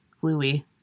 gluey